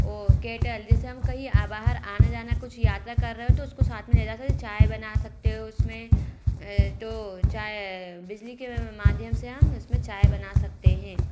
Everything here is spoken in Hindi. और केटल जैसे हम कहीं आ बाहर आना जाना कुछ यात्रा कर रहे हों तो उसको साथ में ले जा सकते चाय बना सकते हो उसमें तो चाय बिजली के माध्यम से हम उसमें चाय बना सकते हैं